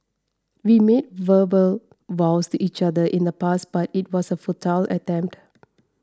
we made verbal vows to each other in the past but it was a futile attempt